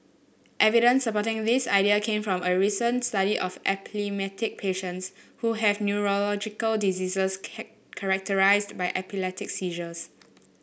evidence supporting this idea came from a recent study of epileptic patients who have neurological diseases characterised by epileptic seizures